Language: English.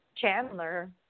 Chandler